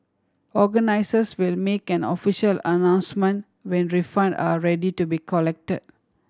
organisers will make an official announcement when refund are ready to be collected